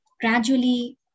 gradually